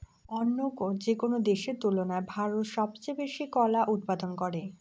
অইন্য যেকোনো দেশের তুলনায় ভারত সবচেয়ে বেশি কলা উৎপাদন করে